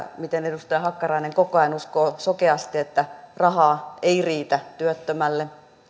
miten edustaja hakkarainen koko ajan uskoo sokeasti että rahaa ei riitä työttömälle